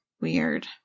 Weird